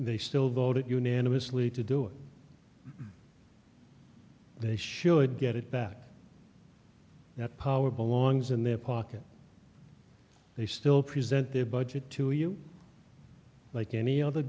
they still voted unanimously to do it they should get it back that power belongs in their pocket they still present their budget to you like any other